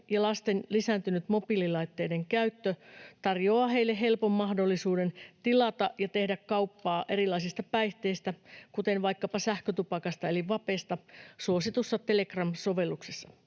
ja lasten lisääntynyt mobiililaitteiden käyttö tarjoavat heille helpon mahdollisuuden tilata ja tehdä kauppaa erilaisista päihteistä, kuten vaikkapa sähkötupakasta eli vapesta, suositussa Telegram-sovelluksessa.